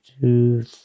two